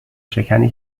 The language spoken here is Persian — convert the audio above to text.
شکنی